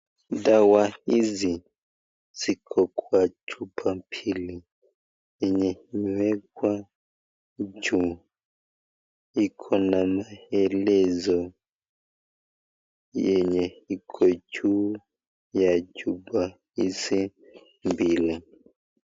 Dawa hizi ziko kwa chupa mbili yenye imewekwa juu. Iko na maelezo yenye iko juu ya chupa hizi mbili.